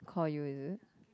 call you is it